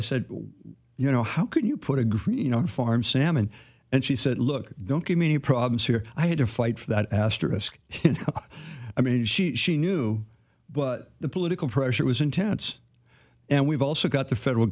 i said you know how could you put a green you know farm salmon and she said look don't give me problems here i had to fight for that asterisk i mean she she knew but the political pressure was intense and we've also got the federal